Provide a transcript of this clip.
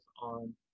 on